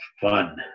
fun